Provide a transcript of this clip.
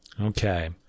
Okay